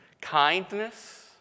Kindness